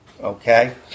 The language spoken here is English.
okay